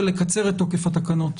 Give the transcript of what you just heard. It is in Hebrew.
ולקצר את תוקף התקנות.